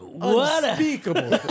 unspeakable